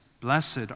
blessed